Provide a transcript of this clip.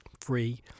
free